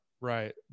Right